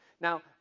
Now